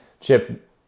chip